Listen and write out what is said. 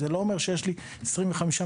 זה לא אומר שיש לי 25 מפקחים.